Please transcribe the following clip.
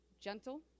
Gentle